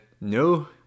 no